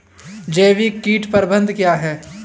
जैविक कीट प्रबंधन क्या है?